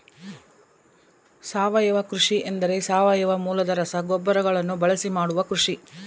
ಸಾವಯವ ಕೃಷಿ ಎಂದರೆ ಸಾವಯವ ಮೂಲದ ರಸಗೊಬ್ಬರಗಳನ್ನು ಬಳಸಿ ಮಾಡುವ ಕೃಷಿ